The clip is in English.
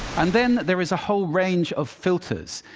and then there is a whole range of filters.